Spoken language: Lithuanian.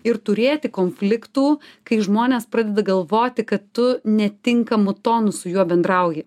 ir turėti konfliktų kai žmonės pradeda galvoti kad tu netinkamu tonu su juo bendrauji